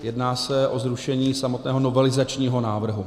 Jedná se o zrušení samotného novelizačního návrhu.